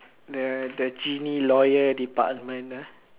the the genie lawyer department lah